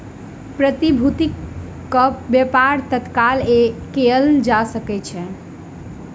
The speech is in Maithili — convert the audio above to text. प्रतिभूतिक व्यापार तत्काल कएल जा सकै छै